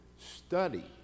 Study